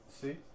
See